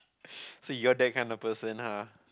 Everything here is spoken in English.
so you're that kind of person ah